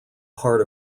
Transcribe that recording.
part